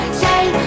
say